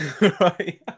Right